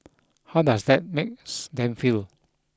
how does that makes them feel